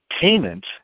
payment